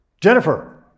Jennifer